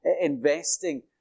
investing